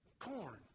corn